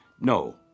No